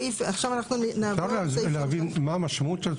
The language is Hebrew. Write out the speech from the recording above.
אפשר להבין מה המשמעות?